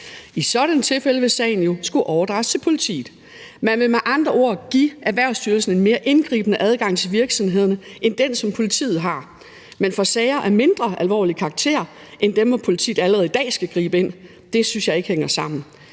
et sådant tilfælde vil sagen jo skulle overdrages til politiet. Man vil med andre ord give Erhvervsstyrelsen en mere indgribende adgang til virksomhederne end den, som politiet har – men i forhold til sager af mindre alvorlig karakter end dem, hvor politiet allerede i dag skal gribe ind. Det synes jeg ikke hænger sammen.